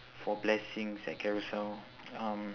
for blessings at carousell um